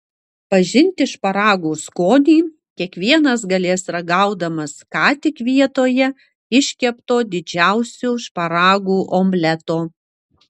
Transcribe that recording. pažinti šparagų skonį kiekvienas galės ragaudamas ką tik vietoje iškepto didžiausio šparagų omleto